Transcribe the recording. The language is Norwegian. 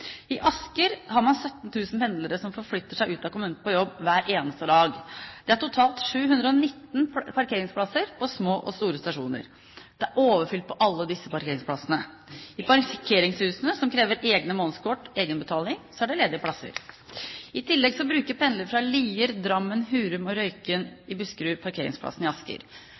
I Asker har man 17 000 pendlere som forflytter seg ut av kommunen på jobb hver eneste dag. Det er totalt 719 parkeringsplasser på små og store stasjoner. Det er overfylt på alle disse parkeringsplassene. I parkeringshusene, som krever egne månedskort og egenbetaling, er det ledige plasser. I tillegg bruker pendlere fra Lier, Drammen, Hurum og Røyken i Buskerud parkeringsplassene i Asker.